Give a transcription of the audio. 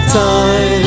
time